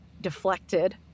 deflected